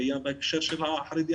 קיים בהקשר של החרדי.